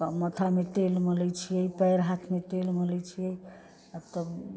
माथोमे तेल मलै छियै पयर हाथमे तेल मलै छियै आओर तब